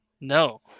no